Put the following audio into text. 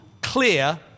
clear